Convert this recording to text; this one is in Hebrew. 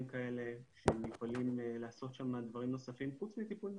כאלה שהם יכולים לעשות שם דברים נוספים חוץ מטיפול נפשי.